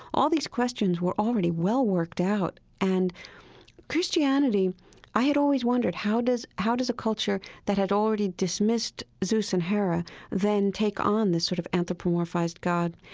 all these questions were already well worked out and christianity i had always wondered how does how does a culture that had already dismissed zeus and hera then take on this sort of anthropomorphized god?